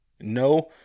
no